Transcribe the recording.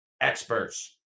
experts